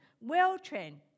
well-trained